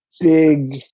big